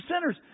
sinners